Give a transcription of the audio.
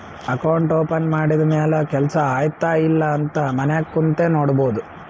account open ಮಾಡಿದ ಮ್ಯಾಲ ಕೆಲ್ಸಾ ಆಯ್ತ ಇಲ್ಲ ಅಂತ ಮನ್ಯಾಗ್ ಕುಂತೆ ನೋಡ್ಬೋದ್